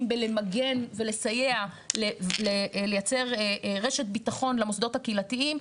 בלמגן ולסייע לייצר רשת ביטחון למוסדות הקהילתיים,